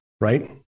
right